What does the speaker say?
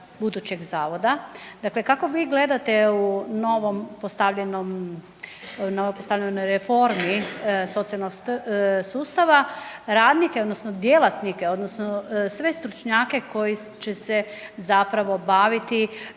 budućeg zavoda. Dakle, kako vi gledate u novom postavljenom, novo postavljenoj reformi socijalnog sustava, radnike odnosno djelatnike, odnosno sve stručnjake koji će se zapravo baviti